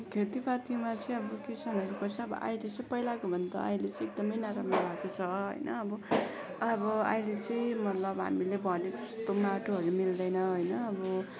खेतीपातीमा चाहिँ अब किसानहरूको चाहिँ अब अहिले चाहिँ पहिलाकोभन्दा अहिले चाहिँ एकदमै नाराम्रो भएको छ होइन अब अब अहिले चाहिँ मतलब हामीले भनेको जस्तो माटोहरू मिल्दैन होइन अब